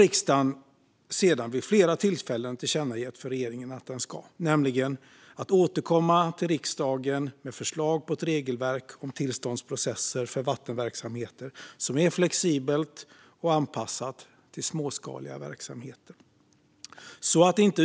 Riksdagen har därefter vid flera tillfällen tillkännagett för regeringen att den ska återkomma till riksdagen med förslag på ett regelverk om tillståndsprocesser för vattenverksamheter som är flexibelt och anpassat till småskaliga verksamheter.